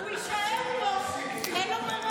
הוא יישאר פה, אין לו ברירה.